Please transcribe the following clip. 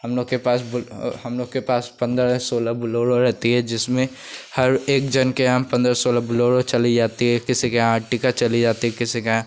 हम लोग के पास बु हम लोग के पास पन्द्रह सोलाह बुलोरो रहती हैं जिसमें हर एक जन के यहाँ पन्द्रह सोलह बुलोरो चली जाती हैं किसी के यहाँ अर्टिगा चली जाती है किसी के यहाँ